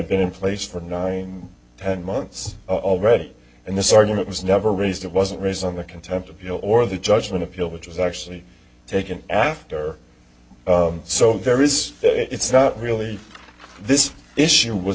been in place for nine ten months already and this argument was never raised it wasn't raised on the contempt of you know or the judgment appeal which was actually taken after so there is it's not really this issue was